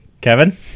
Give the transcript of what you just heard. Kevin